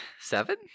seven